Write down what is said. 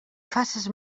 faces